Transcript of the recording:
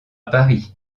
paris